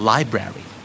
Library